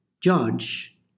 judge